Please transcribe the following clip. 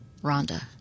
Rhonda